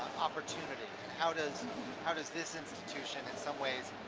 opportunity. how does how does this institution in some ways,